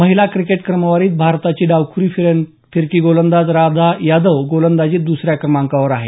महिला क्रिकेट क्रमवारीत भारताची डावखुरी फिरकी गोलंदाज राधा यादव गोलंदाजीत द्सऱ्या क्रमांकावर आहे